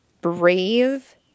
brave